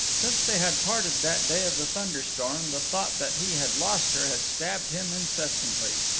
since they had parted that day of the thunder-storm the thought that he had lost her had stabbed him incessantly.